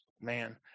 Man